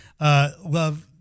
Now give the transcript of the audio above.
love